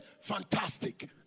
Fantastic